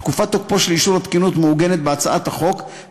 תקופת תוקפו של אישור התקינות מעוגנת בהצעת החוק,